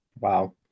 Wow